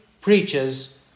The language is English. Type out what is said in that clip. preaches